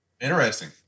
interesting